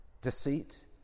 Deceit